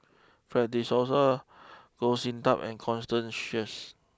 Fred De Souza Goh Sin Tub and Constance Sheares